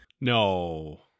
No